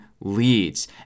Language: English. leads